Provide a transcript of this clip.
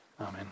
Amen